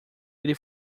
ele